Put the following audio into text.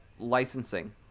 Licensing